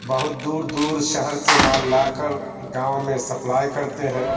بہت دور دور شہر سے مال لا کر گاؤں میں سپلائی کرتے ہیں